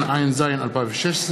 התשע"ז 2016,